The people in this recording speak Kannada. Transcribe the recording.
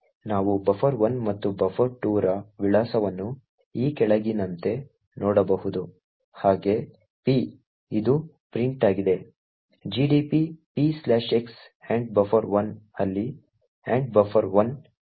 ನಾವು buffer 1 ಮತ್ತು buffer 2 ರ ವಿಳಾಸವನ್ನು ಈ ಕೆಳಗಿನಂತೆ ನೋಡಬಹುದು ಹಾಗೆ p ಇದು ಪ್ರಿಂಟ್ ಆಗಿದೆ gdb px buffer1 ಅಲ್ಲಿ buffer1 buffer1 ಗಾಗಿ ವಿಳಾಸವನ್ನು ನೀಡುತ್ತದೆ